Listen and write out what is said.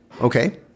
Okay